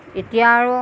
এতিয়া আৰু